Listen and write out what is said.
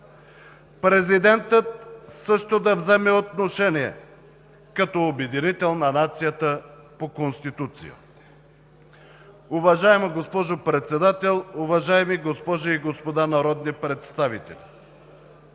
Президентът също да вземе отношение като обединител на нацията по Конституция. Уважаема госпожо Председател, уважаеми госпожи и господа народни представители!